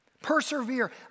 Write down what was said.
Persevere